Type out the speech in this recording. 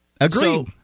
Agreed